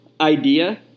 idea